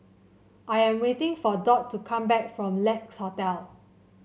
I am waiting for Dot to come back from Lex Hotel